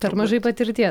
per mažai patirtie